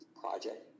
project